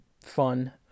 fun